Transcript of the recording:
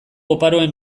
oparoaren